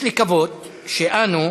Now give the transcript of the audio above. יש לקוות שאנו,